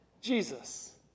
Jesus